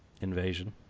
invasion